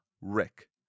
Rick